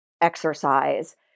exercise